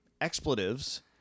expletives